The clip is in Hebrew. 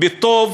בטוב,